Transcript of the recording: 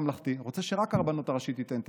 כי אני אדם ממלכתי ורוצה שרק הרבנות הראשית תיתן תקן.